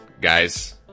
guys